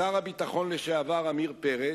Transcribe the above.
שר הביטחון לשעבר עמיר פרץ,